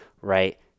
right